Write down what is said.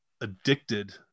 addicted